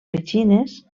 petxines